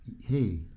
hey